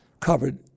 covered